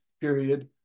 period